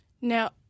Now